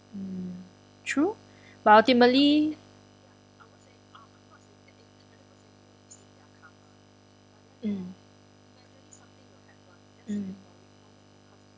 mm true but ultimately mm mm